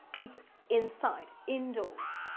he's inside indoors.